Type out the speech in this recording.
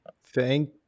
Thank